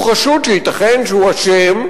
הוא חשוד שייתכן שהוא אשם,